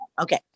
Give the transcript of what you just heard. okay